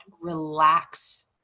relax